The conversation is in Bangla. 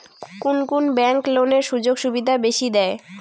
কুন কুন ব্যাংক লোনের সুযোগ সুবিধা বেশি দেয়?